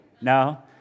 No